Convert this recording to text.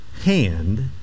hand